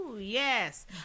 yes